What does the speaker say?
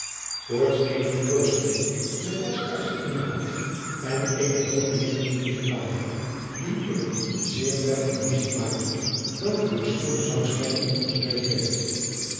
voorts eenige kloosterlingen met waskaarsen in de hand en eene groote menigte muzijkanten die eene zeer treffende muzijk maakten welke door schoone zangstemmen ondersteund